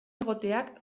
egoteak